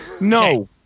No